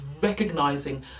recognizing